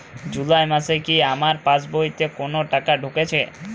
জুলাই মাসে কি আমার পাসবইতে কোনো টাকা ঢুকেছে?